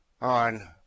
on